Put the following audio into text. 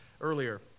earlier